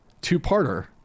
two-parter